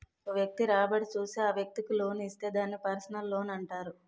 ఒక వ్యక్తి రాబడి చూసి ఆ వ్యక్తికి లోన్ ఇస్తే దాన్ని పర్సనల్ లోనంటారు